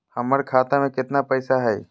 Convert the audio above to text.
हमर खाता मे केतना पैसा हई?